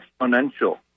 exponential